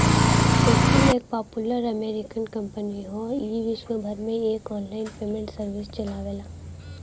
PayPal एक popular American company हौ ई विश्वभर में एक आनलाइन पेमेंट सर्विस चलावेला